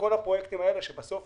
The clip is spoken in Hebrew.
בכל הפרויקטים, כשמגיעים בסוף